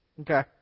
Okay